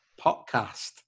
Podcast